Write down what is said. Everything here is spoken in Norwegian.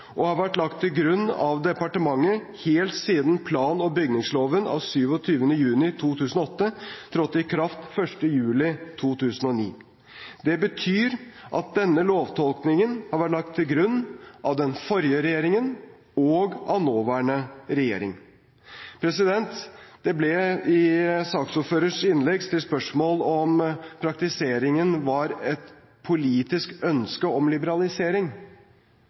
og har vært lagt til grunn av departementet helt siden plan- og bygningsloven av 27. juni 2008 trådte i kraft 1. juli 2009. Det betyr at denne lovtolkningen har vært lagt til grunn av den forrige regjeringen og av nåværende regjering. Det ble i saksordførerens innlegg stilt spørsmål om hvorvidt praktiseringen var et politisk ønske om liberalisering.